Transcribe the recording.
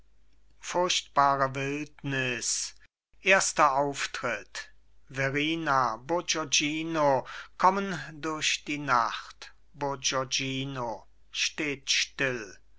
furchtbare wildnis erster auftritt verrina bourgognino kommen durch die nacht bourgognino steht still